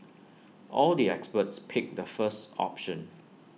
all the experts picked the first option